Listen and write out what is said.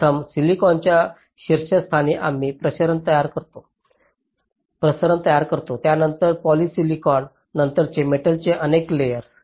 प्रथम सिलिकॉनच्या शीर्षस्थानी आम्ही प्रसरण तयार करतो त्यानंतर पॉलिसिलिकॉन नंतर मेटलचे अनेक लेयर्स